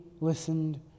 listened